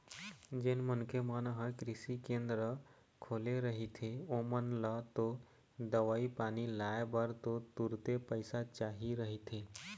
जेन मनखे मन ह कृषि केंद्र खोले रहिथे ओमन ल तो दवई पानी लाय बर तो तुरते पइसा चाही रहिथे